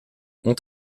ont